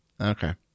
Okay